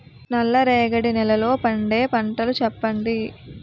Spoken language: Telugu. నల్ల రేగడి నెలలో పండే పంటలు చెప్పండి?